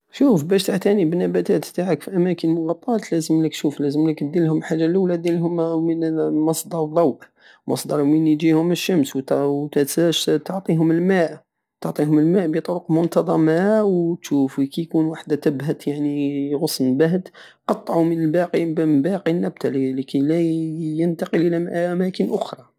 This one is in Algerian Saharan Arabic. شوف بش تعتني بنباتات تاعك في اماكن مغطات لازملك وف لازملك ديرلهم الحاجة اللولى ديرلهم مصدر ضوء مصدر مين جيهم الشمس و- متنساش تعطيهم الماء- تعطيهم الماء بطرق منتظمة وتشوف كي يكون واحدة تبهت يعني غصن باهت قطعو من باقي- من باقي النبتة لكي لا ينتقل الى اماكن اخرى